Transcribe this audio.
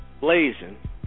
Blazing